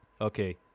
okay